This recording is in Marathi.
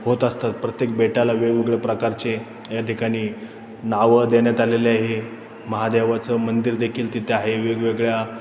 होत असतात प्रत्येक बेटाला वेगवेगळ्या प्रकारचे या ठिकाणी नावं देण्यात आलेले आहे महादेवाचं मंदिर देखील तिथे आहे वेगवेगळ्या